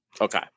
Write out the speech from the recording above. Okay